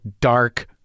dark